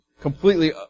completely